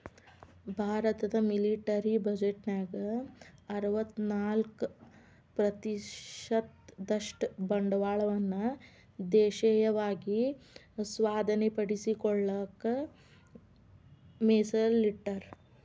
ಭಾರತದ ಮಿಲಿಟರಿ ಬಜೆಟ್ನ್ಯಾಗ ಅರವತ್ತ್ನಾಕ ಪ್ರತಿಶತದಷ್ಟ ಬಂಡವಾಳವನ್ನ ದೇಶೇಯವಾಗಿ ಸ್ವಾಧೇನಪಡಿಸಿಕೊಳ್ಳಕ ಮೇಸಲಿಟ್ಟರ